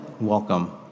welcome